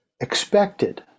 expected